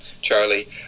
Charlie